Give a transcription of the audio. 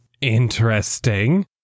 interesting